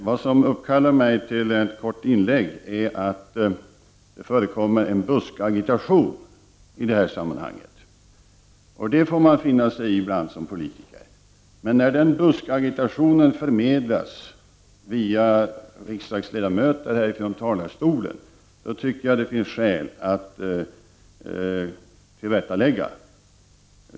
Vad som uppkallar mig till ett kort inlägg är att det förekommer buskagitation i det här sammanhanget. Det får man ibland finna sig i som politiker. Men när den buskagitationen förmedlas genom riksdagens ledamöter härifrån talarstolen tycker jag det finns skäl att tillrättalägga.